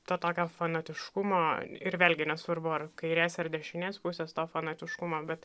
to tokio fanatiškumo ir vėlgi nesvarbu ar kairės ar dešinės pusės to fanatiškumo bet